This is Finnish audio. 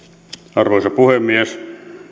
arvoisa puhemies